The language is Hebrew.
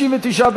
תעשייה,